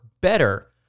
better